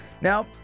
Now